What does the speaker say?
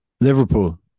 Liverpool